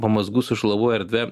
pamazgų sušlovų erdvė